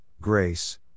grace